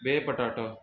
बिह पटाटा